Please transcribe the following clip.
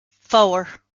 four